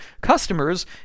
customers